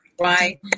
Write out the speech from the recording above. right